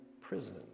prison